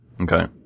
Okay